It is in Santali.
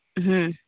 ᱦᱮᱸ